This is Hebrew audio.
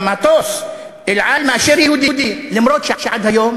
במטוס "אל על" מאשר יהודי, למרות שעד היום